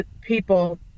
people